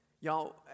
Y'all